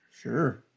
Sure